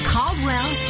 Caldwell